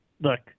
Look